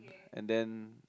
and then